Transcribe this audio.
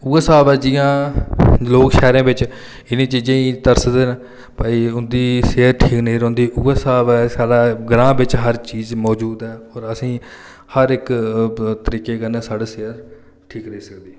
उ'ऐ स्हाब ऐ जि'यां लोक शैह्रें बिच इ'नें चीजें ई तरसदे न भाई उं'दी सेह्त ठीक नेईं रौंह्दी उ'ऐ स्हाब ऐ साढ़ा ग्रांऽ बिच हर चीज मजूद ऐ और असें ई हर इक तरीके कन्नै साढ़ी सेह्त ठीक रेही सकदी